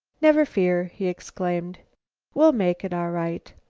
never fear, he exclaimed we'll make it all right.